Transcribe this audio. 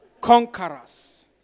conquerors